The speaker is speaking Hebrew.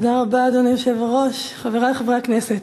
אדוני היושב-ראש, תודה רבה, חברי חברי הכנסת,